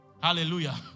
Hallelujah